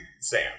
Sam